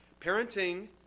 Parenting